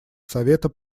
совета